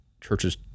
churches